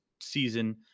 season